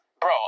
bro